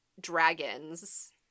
dragons